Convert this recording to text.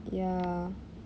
ya